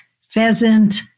pheasant